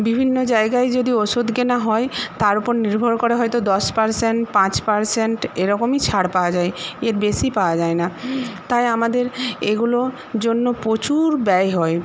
বিভিন্ন জায়গায় যদি ওষুধ কেনা হয় তার ওপর নির্ভর করে হয়তো দশ পারসেন্ট পাঁচ পারসেন্ট এইরকমই ছাড় পাওয়া যায় এর বেশি পাওয়া যায় না তাই আমাদের এগুলোর জন্য প্রচুর ব্যয় হয়